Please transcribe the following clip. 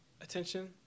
attention